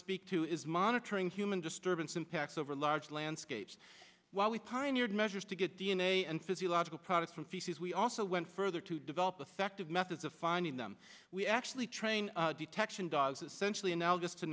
speak to is monitoring human disturbance impacts over large landscapes while we pioneered measures to get d n a and physiological products from feces we also went further to develop affective methods of finding them we actually train detection dogs essentially analogous to